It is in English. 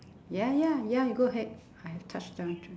ya ya ya you go ahead I have touched on two